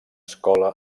escola